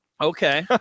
Okay